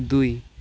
दुई